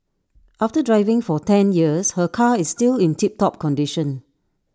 after driving for ten years her car is still in tip top condition